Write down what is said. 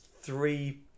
three